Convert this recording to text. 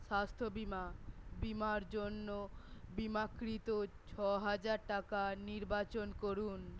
স্বাস্থ্য বিমা বিমার জন্য বিমাকৃত ছ হাজার টাকা নির্বাচন করুন